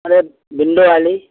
अरे बिंडो वाली